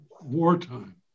wartime